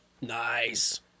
Nice